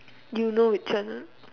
you know which one